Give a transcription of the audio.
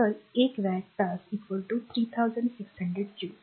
तर 1 वॅट तास 3600 जूल